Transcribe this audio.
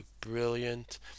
brilliant